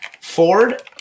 Ford